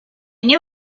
knew